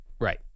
Right